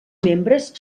membres